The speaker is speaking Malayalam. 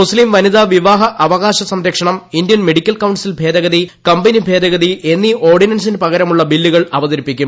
മുസ്ലീം പ്ലിത്ത് പിവാഹ അവകാശ സംരക്ഷണം ഇന്ത്യൻ മെഡിക്കൽ കൌൺസിൽ ഭേദഗതി കമ്പനി ഭേദഗതി എന്നീ ഓർഡിന്റൻസിനു പകരമുള്ള ബില്ലുകൾ അവതരിപ്പിക്കും